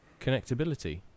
connectability